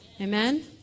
Amen